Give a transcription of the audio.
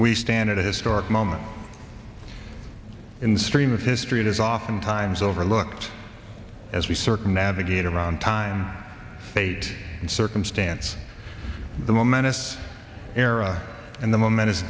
we stand at a historic moment in the stream of history it is oftentimes overlooked as we certain navigate around time fate and circumstance the momentous era and the momentous